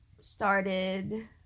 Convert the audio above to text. started